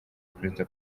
perezida